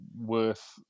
worth